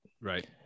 Right